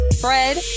Fred